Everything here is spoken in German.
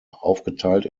aufgeteilt